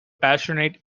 passionate